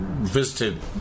Visited